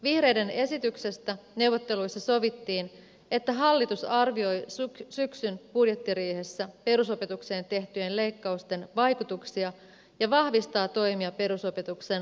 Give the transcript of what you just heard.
vihreiden esityksestä neuvotteluissa sovittiin että hallitus arvioi syksyn budjettiriihessä perusopetukseen tehtyjen leikkausten vaikutuksia ja vahvistaa toimia perusopetuksen laadun kehittämiseksi